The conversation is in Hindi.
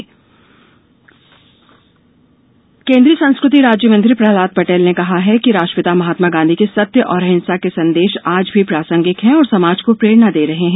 गांधी जयंती केन्द्रीय संस्कृति राज्यमंत्री प्रहलाद पटेल ने कहा है कि राष्ट्रपिता महात्मा गांधी के सत्य और अहिंसा के संदेश आज भी प्रासंगिक है और समाज को प्रेरणा दे रहे हैं